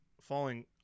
falling